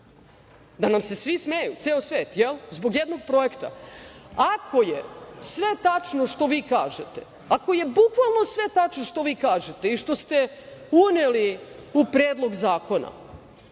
Da nam se svi smeju, ceo svet, jel? Zbog jednog projekta? Ako je sve tačno što vi kažete, ako je bukvalno sve tačno što vi kažete i što ste uneli u Predlog zakona,